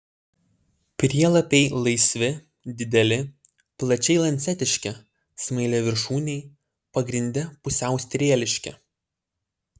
prielapiai laisvi dideli plačiai lancetiški smailiaviršūniai pagrinde pusiau strėliški